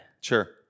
Sure